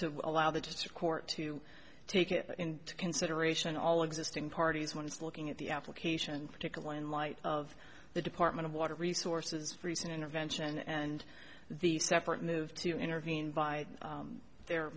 to allow the gist of court to take it into consideration all existing parties one is looking at the application particularly in light of the department of water resources recent intervention and the separate move to intervene by their